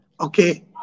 Okay